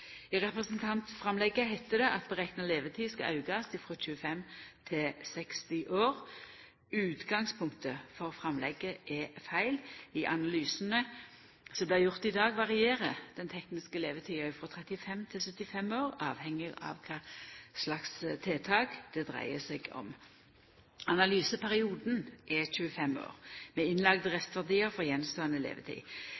I representantframlegget heiter det at berekna levetid skal aukast frå 25 til 60 år. Utgangspunktet for framlegget er feil. I analysane som blir gjorde i dag, varierer den tekniske levetida frå 35 til 75 år, avhengig av kva slags tiltak det dreiar seg om. Analyseperioden er 25 år med innlagde